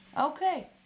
Okay